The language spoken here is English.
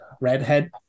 redhead